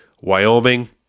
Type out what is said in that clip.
Wyoming